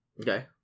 Okay